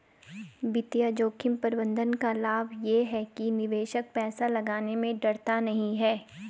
वित्तीय जोखिम प्रबंधन का लाभ ये है कि निवेशक पैसा लगाने में डरता नहीं है